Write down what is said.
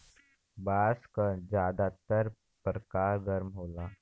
बांस क जादातर परकार गर्म होला